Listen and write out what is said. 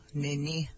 nini